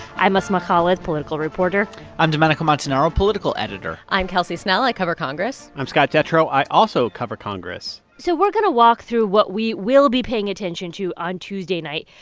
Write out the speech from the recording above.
i'm asma khalid, political reporter i'm domenico montanaro, political editor i'm kelsey snell. i cover congress i'm scott detrow. i also cover congress so we're going to walk through what we will be paying attention to on tuesday night.